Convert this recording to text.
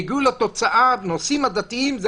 והגיעו לתוצאה שבנושאים הדתיים זה